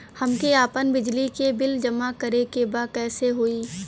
हमके आपन बिजली के बिल जमा करे के बा कैसे होई?